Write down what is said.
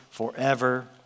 forever